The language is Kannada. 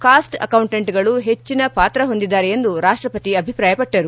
ಕಾಸ್ಟ್ ಅಕೌಂಟೆಂಟ್ಗಳು ಹೆಚ್ಚಿನ ಪಾತ್ರ ಹೊಂದಿದ್ದಾರೆ ಎಂದು ರಾಷ್ಟಪತಿ ಅಭಿಪ್ರಾಯಪಟ್ಟರು